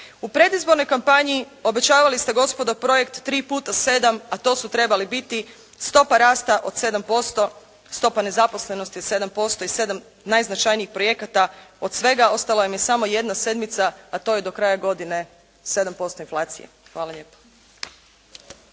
U predizbornoj kampanji obećavali ste gospodo projekt 3 puta 7 a to su trebale biti stopa rasta od sedam posto, stopa nezaposlenosti od sedam posto i sedam najznačajnijih projekata. Od svega ostala vam je samo jedna sedmica a to je do kraja godine sedam posto inflacije. Hvala lijepo.